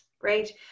Great